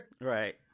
Right